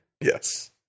Yes